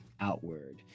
outward